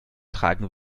tragen